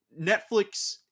netflix